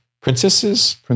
princesses